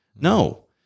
No